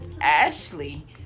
Ashley